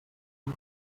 von